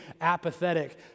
apathetic